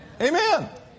Amen